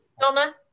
Donna